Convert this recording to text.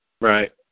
Right